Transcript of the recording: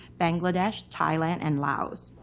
bangladesh, thailand and laos.